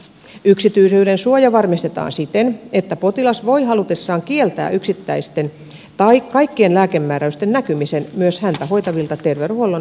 yksityisyydensuoja varmistetaan siten että potilas voi halutessaan kieltää yksittäisten tai kaikkien lääkemääräysten näkymisen myös häntä hoitavilta terveydenhuollon ammattihenkilöiltä